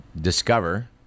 Discover